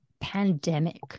Pandemic